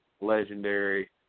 legendary